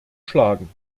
schlagen